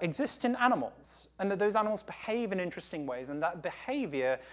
exist in animals, and that those animals behave in interesting ways, and that behavior,